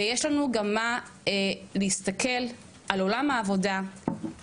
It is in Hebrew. ויש לנו גם מה להסתכל על עולם העבודה הדינמי,